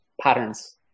patterns